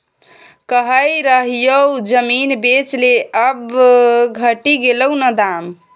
कहय रहियौ जमीन बेच ले आब घटि गेलौ न दाम